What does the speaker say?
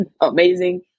amazing